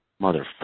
Motherfucker